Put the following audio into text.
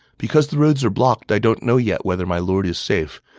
because the roads are blocked, i don't know yet whether my lord is safe.